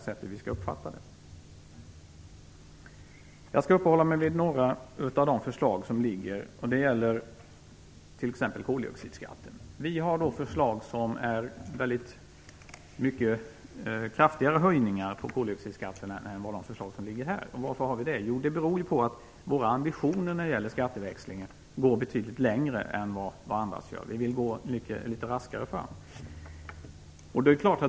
Jag skall uppehålla mig vid några av de förslag som läggs fram. Det gäller t.ex. koldioxidskatten. Vi för fram förslag som innebär mycket kraftigare höjningar av koldioxidskatten än de förslag som framförs i betänkandet. Varför gör vi det? Jo, det beror på att våra ambitioner när det gäller skatteväxling går betydligt längre än andras. Vi vill gå litet raskare fram.